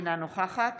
אינה נוכחת